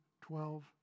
twelve